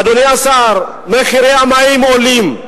אדוני השר, מחירי המים עולים,